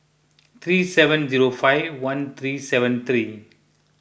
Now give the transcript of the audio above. three seven zero five one three seven three